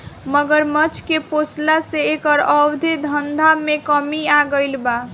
मगरमच्छ के पोसला से एकर अवैध धंधा में कमी आगईल बा